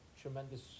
tremendous